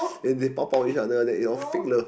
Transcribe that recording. then they all 抱抱 each other then it's all fake love